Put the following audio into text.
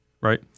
right